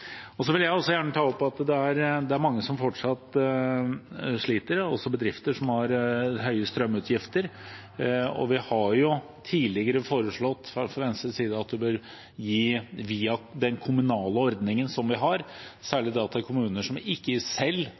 vil også gjerne ta opp at det er mange som fortsatt sliter, også bedrifter som har høye strømutgifter. Vi har tidligere foreslått fra Venstres side at en bør gi via den kommunale ordningen som vi har, og særlig da til kommuner som ikke selv